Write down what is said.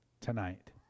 tonight